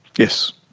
yes,